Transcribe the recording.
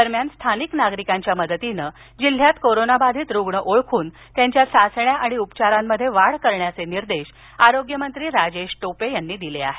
दरम्यान स्थानिक नागरिकांच्या मदतीने जिल्ह्यात कोरोना बाधित रुग्ण ओळखू त्यांच्या चाचण्या आणि उपचारात वाढ करण्याचे निर्देश आरोग्यमंत्री राजेश टोपे यांनी दिले आहेत